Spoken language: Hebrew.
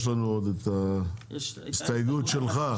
יש לנו את ההסתייגות שלך,